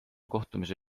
kohtumise